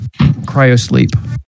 cryosleep